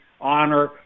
honor